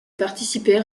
participer